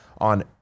on